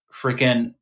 freaking